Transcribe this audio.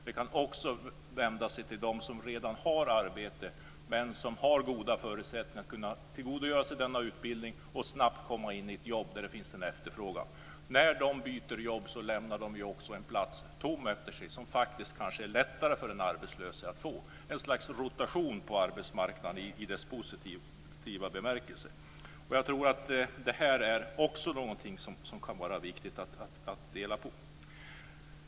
Man kan också vända sig till dem som redan har arbete, men som har goda förutsättningar att kunna tillgodogöra sig denna utbildning och snabbt komma in i ett jobb där det finns efterfrågan. När de byter jobb lämnar de också en plats tom efter sig som faktiskt kan vara lättare för en arbetslös att få. Det blir en slags rotation på arbetsmarknaden i en positiv bemärkelse. Jag tror att det här också är någonting som kan vara viktigt.